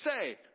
say